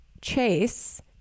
chase